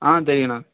ஆ தெரியுண்ணா